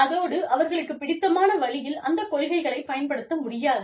அதோடு அவர்களுக்கு பிடித்தமான வழியில் அந்த கொள்கைகளைப் பயன்படுத்த முடியாது